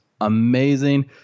amazing